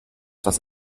das